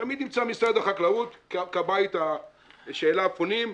תמיד נמצא משרד החקלאות כבית שאליו פונים,